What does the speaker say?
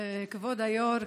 כבוד היו"ר,